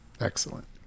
Excellent